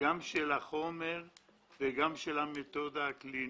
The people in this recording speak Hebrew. גם של החומר וגם של המתודה הקלינית.